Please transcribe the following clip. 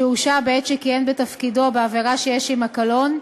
שהורשע בעת שכיהן בתפקידו בעבירה שיש עמה קלון,